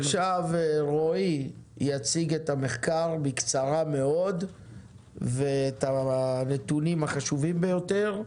רועי יציג את המחקר בקצרה ואת הנתונים החשובים ביותר.